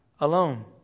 alone